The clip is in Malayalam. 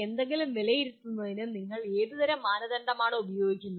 എന്തെങ്കിലും വിലയിരുത്തുന്നതിന് നിങ്ങൾ ഏത് തരം മാനദണ്ഡമാണ് ഉപയോഗിക്കുന്നത്